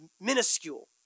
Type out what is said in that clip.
minuscule